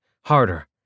harder